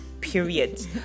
period